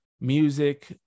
music